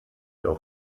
auf